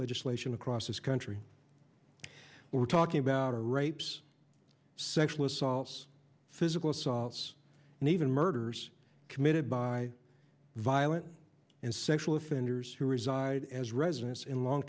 legislation across this country we're talking about rapes sexual assaults physical assaults and even murders committed by violent and sexual offenders who reside as residents in long